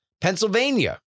Pennsylvania